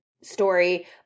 story